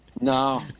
no